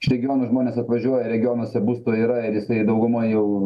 iš regionų žmonės atvažiuoja regionuose būsto yra ir jisai dauguma jau